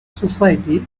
society